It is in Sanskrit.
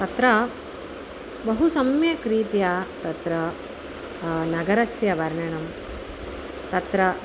तत्र बहु सम्यक् रीत्या तत्र नगरस्य वर्णनं तत्र